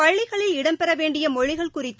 பள்ளிகளில் இடம்பெறவேண்டியமொழிகள் குறித்து